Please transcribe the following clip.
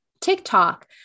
TikTok